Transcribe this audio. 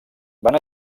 van